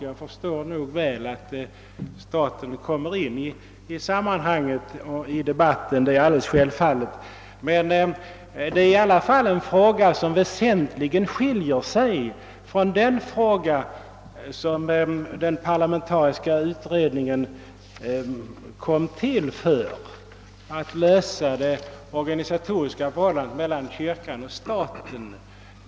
Jag förstår väl att staten kommer in i sammanhanget liksom i debatten — det är alldeles självfallet — men det är i alla fall en fråga som väsentligen skiljer sig från den som den parlamentariska utredningen kom till för att lösa: det organisatoriska förhållandet mellan kyrkan och staten.